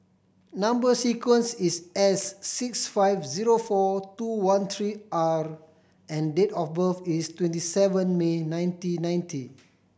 number sequence is S six five zero four two one three R and date of birth is twenty seven May nineteen ninety